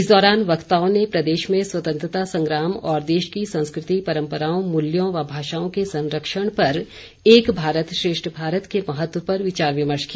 इस दौरान वक्ताओं ने प्रदेश में स्वतंत्रता संग्राम और देश की संस्कृति परम्पराओं मूल्यों व भाषाओं के संरक्षण पर एक भारत श्रेष्ठ भारत के महत्व पर विचार विमर्श किया